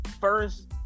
first